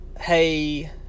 hey